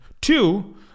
Two